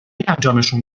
انجامشون